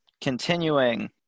Continuing